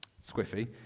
squiffy